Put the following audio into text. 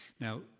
Now